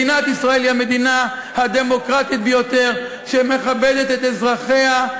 מדינת ישראל היא המדינה הדמוקרטית ביותר שמכבדת את אזרחיה.